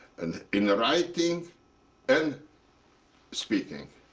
and in writing and speaking.